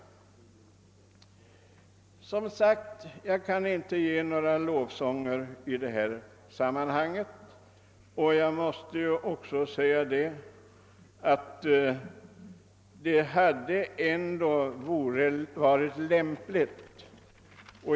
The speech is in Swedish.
Jag kan som sagt inte sjunga några lovsånger i detta sammanhang.